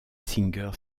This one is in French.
singer